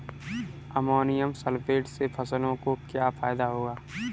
Ammonium sulphate से फसलों को क्या फायदा होगा?